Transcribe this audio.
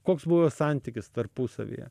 koks buvo santykis tarpusavyje